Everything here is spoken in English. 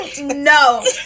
No